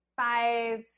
five